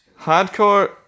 Hardcore